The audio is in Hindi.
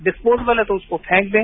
डिस्पोजेबल है तो उसको फेंक दें